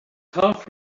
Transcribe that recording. half